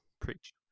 preach